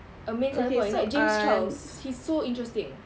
a main selling point like james charles he's so interesting